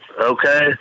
Okay